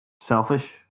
selfish